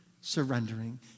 surrendering